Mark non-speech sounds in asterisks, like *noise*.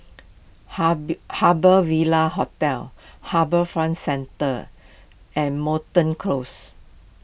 *unintelligible* Harbour Ville Hotel HarbourFront Centre and Moreton Close